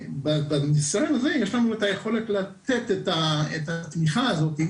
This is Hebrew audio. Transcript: בניסיון הזה יש לנו את היכולת לתת את התמיכה הזאת,